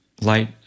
light